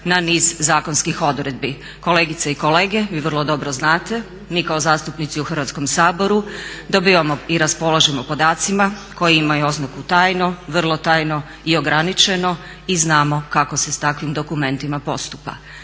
na niz zakonskih odredbi. Kolegice i kolege vi vrlo dobro znate mi kao zastupnici u Hrvatskom saboru dobivamo i raspolažemo podacima koji imaju oznaku tajno, vrlo tajno i ograničeno i znamo kako se s takvim dokumentima postupa.